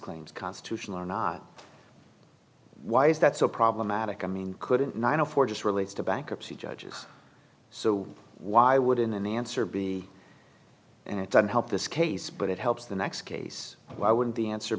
claims constitutional or not why is that so problematic i mean couldn't nine afford just relates to bankruptcy judges so why wouldn't an answer be and it doesn't help this case but it helps the next case why wouldn't the answer